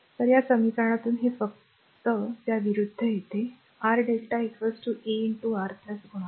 तर या समीकरणातून ते फक्त त्या विरुद्ध येते R Δ a R गुणाकार